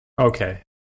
Okay